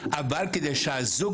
אבל כדי שהזוג